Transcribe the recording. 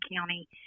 County